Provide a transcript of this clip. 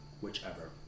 Whichever